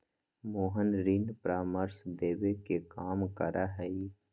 मोहन ऋण परामर्श देवे के काम करा हई